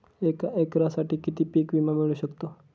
एका एकरसाठी किती पीक विमा मिळू शकतो?